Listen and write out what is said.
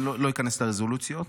אני לא איכנס לרזולוציות.